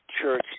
Church